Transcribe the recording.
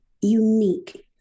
unique